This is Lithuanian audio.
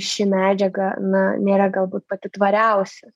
ši medžiaga na nėra galbūt pati tvariausia